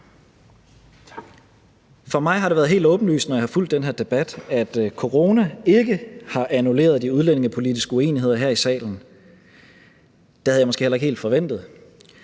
For mig har det været helt åbenlyst, når jeg har fulgt den her debat, at corona ikke har annulleret de udlændingepolitiske uenigheder her i salen. Det havde jeg måske heller ikke helt forventet.